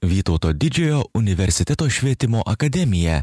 vytauto didžiojo universiteto švietimo akademija